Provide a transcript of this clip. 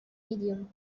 medium